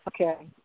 Okay